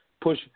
push